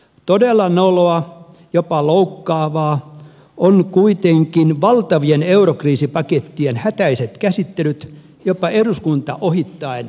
todella noloa jopa loukkaavaa on kuitenkin valtavien eurokriisipakettien hätäiset käsittelyt jopa eduskunta ohittaen vuodesta toiseen